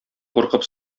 куркып